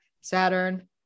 Saturn